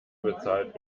bezahlt